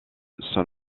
son